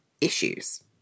issues